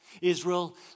Israel